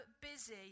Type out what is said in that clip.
busy